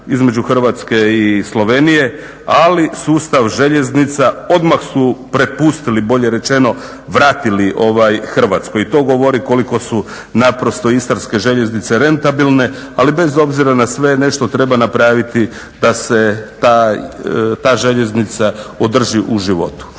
između Hrvatske i Slovenije ali sustav željeznica odmah su prepustili bolje rečeno vratili Hrvatskoj. I to govori koliko su naprosto istarske željeznice rentabilne. Ali bez obzira na sve nešto treba napraviti da se ta željeznica održi u životu.